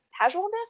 casualness